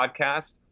podcast